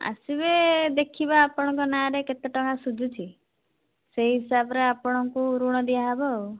ଆସିବେ ଦେଖିବା ଆପଣଙ୍କ ନାଁରେ କେତେଟଙ୍କା ସୁଝୁଛି ସେହି ହିସାବରେ ଆପଣଙ୍କୁ ଋଣ ଦିଆହେବ ଆଉ